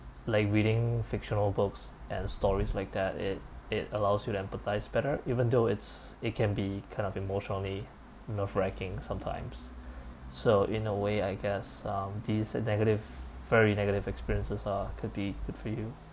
like reading fictional books and stories like that it it allows you to empathise better even though it's it can be kind of emotionally nerve wrecking sometimes so in a way I guess um these negative very negative experiences uh could be good for you